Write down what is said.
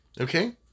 Okay